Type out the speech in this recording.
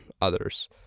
others